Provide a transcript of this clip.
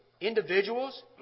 individuals